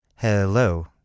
Hello